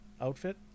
outfit